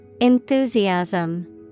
Enthusiasm